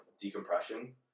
decompression